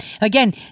Again